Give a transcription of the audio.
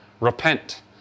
Repent